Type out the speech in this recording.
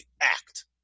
act